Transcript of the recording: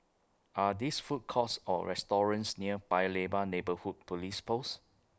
Are These Food Courts Or restaurants near Paya Lebar Neighbourhood Police Post